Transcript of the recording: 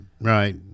right